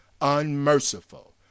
unmerciful